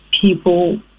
people